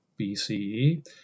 BCE